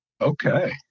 Okay